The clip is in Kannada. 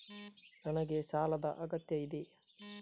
ನನಗೆ ಸಾಲದ ಅಗತ್ಯ ಇದೆ?